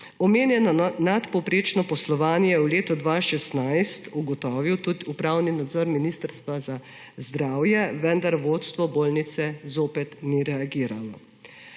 Omenjeno nadpovprečno poslovanje je v letu 2016 ugotovil tudi upravni nadzor Ministrstva za zdravje, vendar vodstvo bolnišnice zopet ni reagiralo.